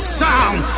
sound